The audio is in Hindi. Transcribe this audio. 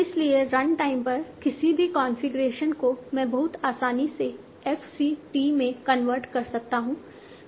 इसलिए रन टाइम पर किसी भी कॉन्फ़िगरेशन को मैं बहुत आसानी से f c t में कनवर्ट कर सकता हूं